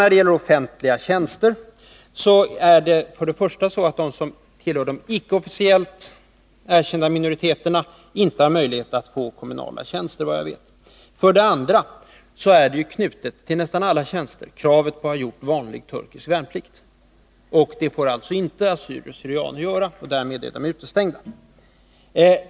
När det gäller offentliga tjänster har för det första de som tillhör de icke officiellt erkända minoriteterna icke möjlighet att få kommunala tjänster. För det andra är till nästan alla tjänster knutet kravet på att ha gjort vanlig turkisk värnplikt. Det får inte assyrier/syrianer göra. Därmed är de utestängda.